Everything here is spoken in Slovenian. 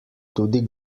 tudi